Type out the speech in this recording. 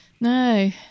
no